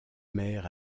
mer